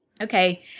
Okay